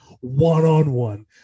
one-on-one